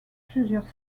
plusieurs